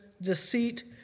deceit